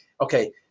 Okay